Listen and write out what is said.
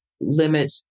limit